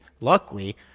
Luckily